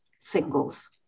singles